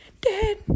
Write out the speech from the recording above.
dad